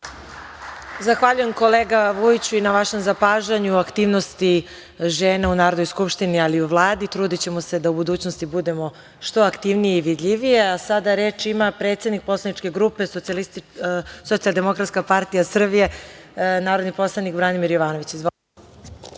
Zahvaljujem, kolega Vujiću, i na vašem zapažanju o aktivnosti žena u Narodnoj skupštini, ali i u Vladi. Trudićemo se da u budućnosti budemo što aktivnije i vidljivije. Sada reč ima predsednik poslaničke grupe Socijaldemokratska partija Srbije narodni poslanik Branimir Jovanović.